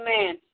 Amen